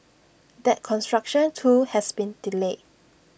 that construction too has been delayed